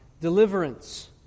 deliverance